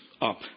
up